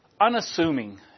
unassuming